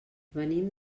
venim